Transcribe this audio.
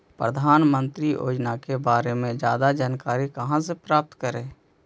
प्रधानमंत्री योजना के बारे में जादा जानकारी कहा से प्राप्त करे?